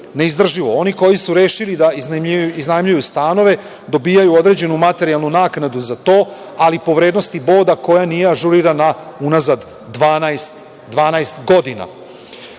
Oni koji su rešili da iznajmljuju stanove dobijaju određenu materijalnu naknadu za to, ali po vrednosti boda koja nije ažurirana unazad 12 godina. Ovi